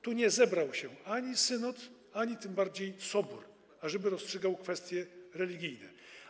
Tu nie zebrał się ani synod, ani tym bardziej sobór, ażeby rozstrzygał kwestie religijne.